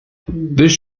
this